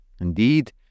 Indeed